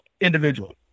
individual